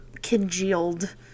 Congealed